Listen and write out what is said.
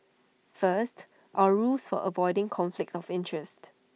first our rules for avoiding conflict of interest